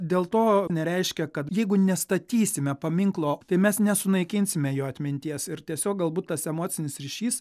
dėl to nereiškia kad jeigu nestatysime paminklo tai mes nesunaikinsime jo atminties ir tiesiog galbūt tas emocinis ryšys